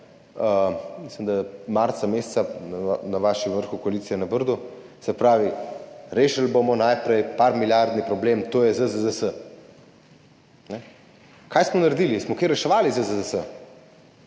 mislim, da meseca marca na vašem vrhu koalicije na Brdu? Se pravi, rešili bomo najprej par milijardni problem, to je ZZZS. Kaj smo naredili, smo kaj reševali ZZZS?